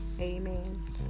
Amen